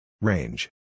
Range